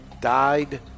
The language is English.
died